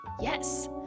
Yes